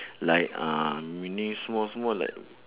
like uh meaning small small like